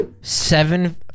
seven